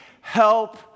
help